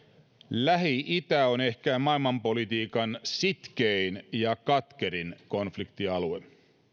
lähi itä on ehkä maailmanpolitiikan sitkein ja katkerin konfliktialue